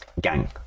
gang